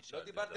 אני שאלתי.